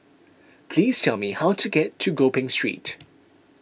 please tell me how to get to Gopeng Street